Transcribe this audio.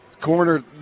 corner